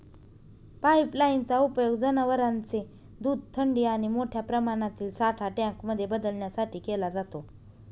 pipeline चा उपयोग जनवरांचे दूध थंडी आणि मोठ्या प्रमाणातील साठा टँक मध्ये बदलण्यासाठी केला जातो